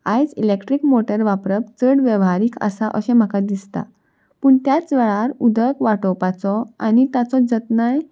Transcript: आयज electric motor वापरप चड वेव्हहारीक आसा अशें म्हाका दिसता पूण त्याच वेळार उदक वाटांटोवपाचो आनी ताचो जतनाय